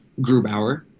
Grubauer